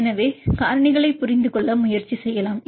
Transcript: எனவே காரணிகளைப் புரிந்துகொள்ள முயற்சி செய்யலாம்